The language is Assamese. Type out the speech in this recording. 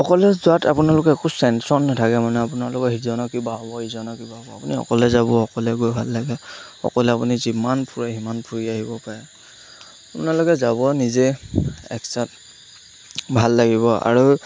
অকলে যোৱাত আপোনালোকে একো টেনশ্যন নাথাকে মানে আপোনালোকৰ সিজনৰ কিবা হ'ব ইজনৰ কিবা হ'ব আপুনি অকলে যাব অকলে গৈ ভাল লাগে অকলে আপুনি যিমান ফুৰে সিমান ফুৰি আহিব পাৰে আপোনালোকে যাব নিজে একচাত ভাল লাগিব আৰু